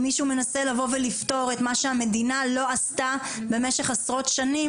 אם מישהו מנסה לבוא ולפתור את מה שהמדינה לא עשתה במשך עשרות שנים,